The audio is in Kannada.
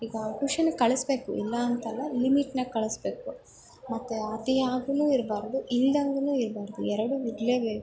ಈಗ ಟೂಷನಿಗೆ ಕಳಿಸ್ಬೇಕು ಇಲ್ಲ ಅಂತಲ್ಲ ಲಿಮಿಟ್ನಾಗೆ ಕಳಿಸ್ಬೇಕು ಮತ್ತೆ ಅತಿಯಾಗೂ ಇರಬಾರ್ದು ಇಲ್ದಂಗೆಯೂ ಇರಬಾರ್ದು ಎರ್ಡೂ ಇರಲೇಬೇಕು